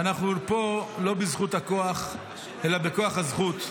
שאנחנו פה לא בזכות הכוח אלא בכוח הזכות,